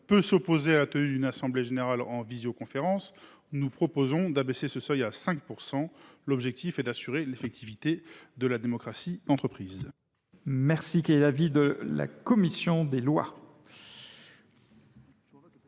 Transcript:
peut s’opposer à la tenue d’une assemblée générale en visioconférence. Nous proposons, par cet amendement, d’abaisser ce seuil à 5 %, l’objectif étant d’assurer l’effectivité de la démocratie d’entreprise.